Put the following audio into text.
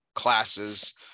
classes